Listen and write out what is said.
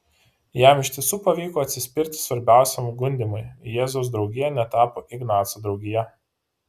jam iš tiesų pavyko atsispirti svarbiausiam gundymui jėzaus draugija netapo ignaco draugija